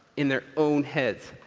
in their own heads,